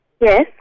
Yes